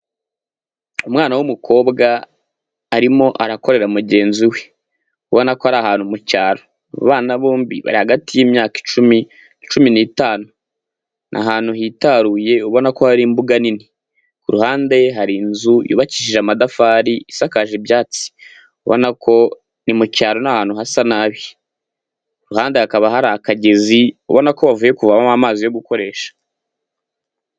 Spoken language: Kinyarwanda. Umwana w'umukobwa, arimo arakorera mugenzi we, ubona ko ari ahantu mu cyaro, abana bombi bari hagati y'imyaka icumi, cumi n'itanu, ni ahantu hitaruye ubona ko hari imbuga nini, ku ruhande hari inzu yubakishije amatafari isakaje ibyatsi, ubona ko ni mu cyaro ni ahantu hasa nabi, ku ruhande hakaba hari akagezi, ubona ko bavuye kuvomamo amazi yo gukoresha.